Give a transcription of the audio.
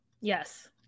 Yes